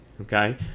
okay